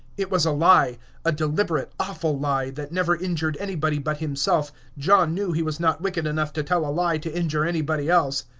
it was a lie a deliberate, awful lie, that never injured anybody but himself john knew he was not wicked enough to tell a lie to injure anybody else.